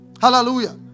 Hallelujah